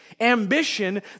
ambition